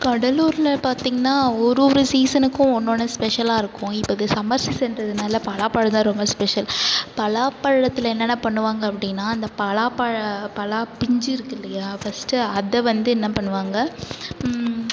கடலூரில் பாத்திங்கனா ஒரு ஒரு சீசனுக்கும் ஒன்று ஒன்று ஸ்பெஷலாகருக்கும் இப்போ இது சம்மர் சீசன்றதுனால பலாப்பழோம் தான் ரொம்ப ஸ்பெஷல் பலாப்பழத்தில் என்னென்ன பண்ணுவாங்க அப்படினா இந்த பலாப்பழம் பலா பிஞ்சு இருக்குல்லையா ஃபர்ஸ்ட் அதை வந்து என்ன பண்ணுவாங்க